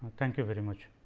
thank you very much.